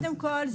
קודם כול,